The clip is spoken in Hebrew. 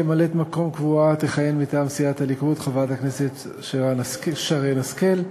כממלאת-מקום קבועה תכהן מטעם סיעת הליכוד חברת הכנסת שרן השכל,